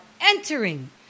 entering